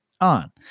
on